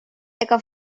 ega